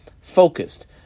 focused